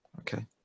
Okay